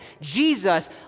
Jesus